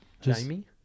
Jamie